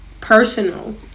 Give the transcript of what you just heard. personal